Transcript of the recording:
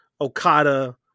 Okada